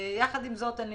יחד עם זאת אני